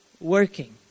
working